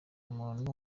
umuntu